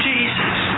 Jesus